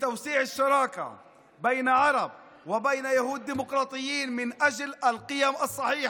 להרחבת השותפות בין ערבים לבין יהודים דמוקרטיים למען הערכים הנכונים.